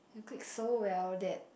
click so well that